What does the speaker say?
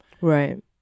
Right